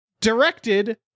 directed